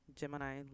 Gemini